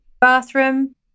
bathroom